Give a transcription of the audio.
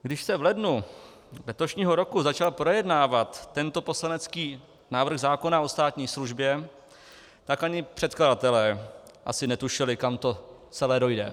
Když se v lednu letošního roku začal projednávat tento poslanecký návrh zákona o státní službě, tak ani předkladatelé asi netušili, kam to celé dojde.